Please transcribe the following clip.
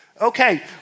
Okay